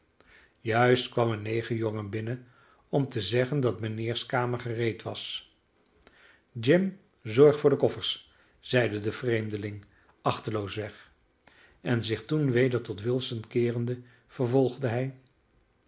juist kwam een negerjongen binnen om te zeggen dat mijnheers kamer gereed was jim zorg voor de koffers zeide de vreemdeling achteloosweg en zich toen weder tot wilson keerende vervolgde hij